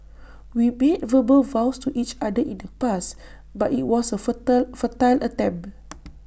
we made verbal vows to each other in the past but IT was A futile futile attempt